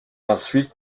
ensuite